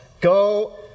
go